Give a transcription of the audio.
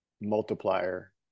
multiplier